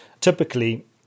Typically